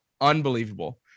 unbelievable